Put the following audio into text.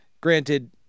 granted